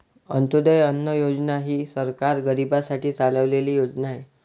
अंत्योदय अन्न योजना ही सरकार गरीबांसाठी चालवलेली योजना आहे